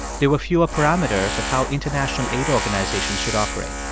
there were fewer parameters of how international aid organizations should operate.